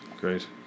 great